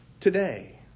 Today